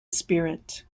spirit